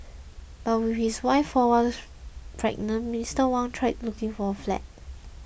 but with his wife four months pregnant Mr Wang tried looking for a flat